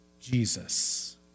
Jesus